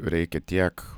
reikia tiek